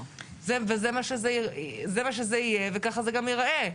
וזה מה שזה יהיה וככה זה גם יראה.